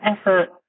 effort